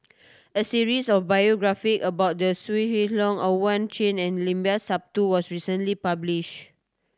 a series of biography about the Wee Leong Owyang Chi and Limat Sabtu was recently published